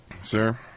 sir